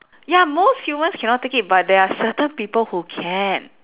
ya most humans cannot take it but there are certain people who can